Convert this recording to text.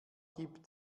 gibt